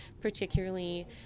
particularly